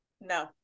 No